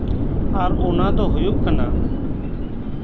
ᱟᱨ ᱚᱱᱟ ᱫᱚ ᱦᱩᱭᱩᱜ ᱠᱟᱱᱟ